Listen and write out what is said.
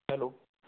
hello